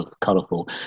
colourful